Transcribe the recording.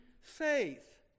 faith